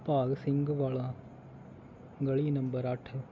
ਭਾਗ ਸਿੰਘ ਵਾਲਾ ਗਲੀ ਨੰਬਰ ਅੱਠ